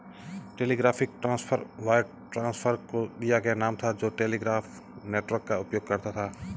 telegraphic transfer wire transfer को दिया गया नाम था जो टेलीग्राफ नेटवर्क का उपयोग करता था